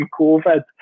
COVID